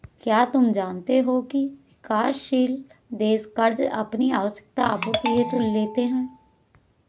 क्या तुम जानते हो की विकासशील देश कर्ज़ अपनी आवश्यकता आपूर्ति हेतु लेते हैं?